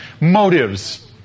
motives